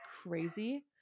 crazy